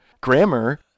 grammar